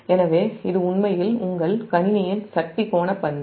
எனவே இது உண்மையில் உங்கள் கணினியின் சக்தி கோண பண்பு